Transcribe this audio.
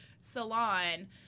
salon